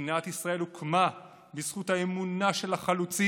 מדינת ישראל הוקמה בזכות האמונה של החלוצים,